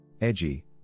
Edgy